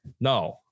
No